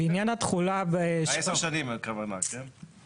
10 שנים, הכוונה, כן?